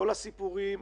כל הסיפורים,